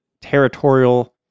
territorial